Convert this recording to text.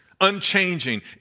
unchanging